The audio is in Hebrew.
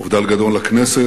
אובדן גדול לכנסת